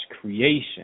creation